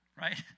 right